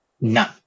none